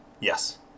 Yes